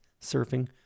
surfing